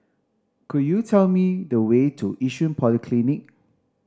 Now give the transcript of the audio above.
could you tell me the way to Yishun Polyclinic